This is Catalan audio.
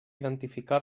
identificar